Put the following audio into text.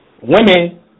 Women